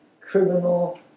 criminal